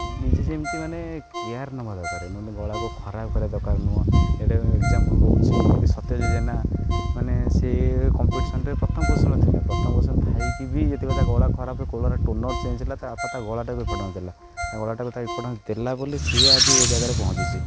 ନିଜେ ଯେମିତି ମାନେ କେୟାର୍ ନେବା ଦରକାର ମାନେ ଗଳାକୁ ଖରାପ କରିବା ଦରକାର ନୁହଁ ଏଟା ଏକ୍ଜାମ୍ପୁଲ କହୁଛି ସତ୍ୟଜିତ୍ ଜେନା ମାନେ ସେ କମ୍ପିଟିସନରେ ପ୍ରଥମ ପୋଜିସନ୍ରେ ଥିଲେ ପ୍ରଥମ ପୋଜିସନ୍ରେ ଥାଇକି ବି ଯେତେବେଳେ ତା' ଗଳା ଖରାପ ଗଳା ଟୋନ୍ ଚେଞ୍ଜ ହେଲା ତାପରେ ସେ ତା' ଗଳାଟାକୁ ଇମ୍ପୋଟାନ୍ସ ଦେଲେ ଆଉ ଗଳାଟାକୁ ଇମ୍ପୋଟାନ୍ସ ଦେଲା ବୋଲି ସିଏ ଆଜି ଏ ଜାଗାରେ ପହଞ୍ଚିଛି